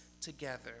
together